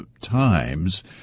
times